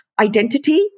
identity